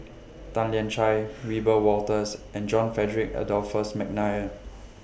Tan Lian Chye Wiebe Wolters and John Frederick Adolphus Mcnair